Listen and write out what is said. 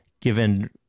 given